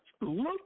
look